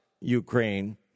Ukraine